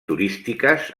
turístiques